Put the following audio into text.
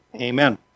Amen